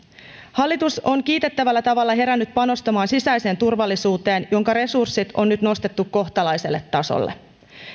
hallitus on kiitettävällä tavalla herännyt panostamaan sisäiseen turvallisuuteen jonka resurssit on nyt nostettu kohtalaiselle tasolle